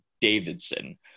Davidson